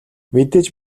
мэдээж